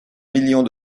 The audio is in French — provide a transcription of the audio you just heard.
millions